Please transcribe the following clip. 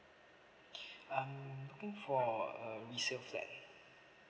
I'm looking for a resale flat